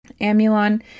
Amulon